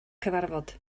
cyfarfod